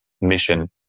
mission